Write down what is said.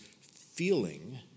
feeling